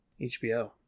HBO